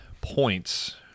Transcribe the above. points